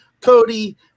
cody